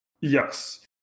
Yes